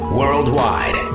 worldwide